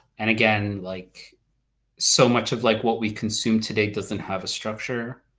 and again, like so much of like what we consume today doesn't have a structure.